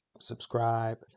subscribe